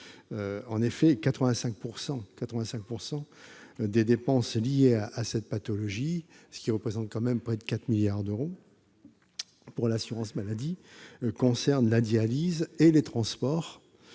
En effet, 85 % des dépenses liées à cette pathologie, ce qui représente quand même près de 4 milliards d'euros pour l'assurance maladie, concernent la dialyse et les transports